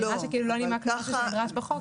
האמירה שכאילו לא נימקנו כפי שנדרש בחוק,